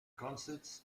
concerts